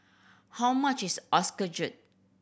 how much is